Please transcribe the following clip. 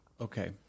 Okay